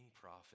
prophet